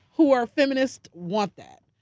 who are feminist, want that.